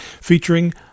featuring